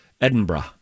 Edinburgh